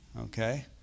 Okay